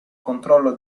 controllo